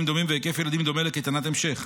דומים והיקף ילדים דומה לקייטנת המשך.